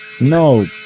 No